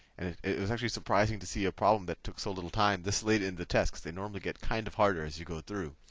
it was actually surprising to see a problem that took so little time this late in the test. because they normally get kind of harder as you go through.